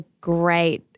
great